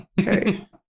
Okay